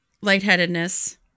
lightheadedness